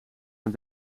een